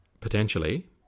potentially